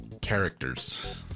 Characters